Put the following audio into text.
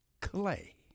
Clay